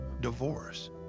divorce